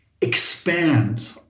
expand